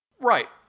right